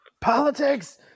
Politics